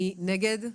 מי נגד?